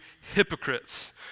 hypocrites